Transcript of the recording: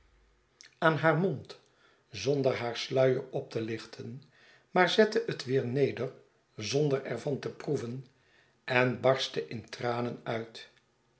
aan haar mond zonder haar sluier op te lichten maar zette het weer neder zonder er van te proeven en barstte in tranen uit